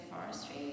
forestry